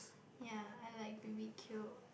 ya I like B_B_Q